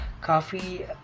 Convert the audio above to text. coffee